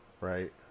right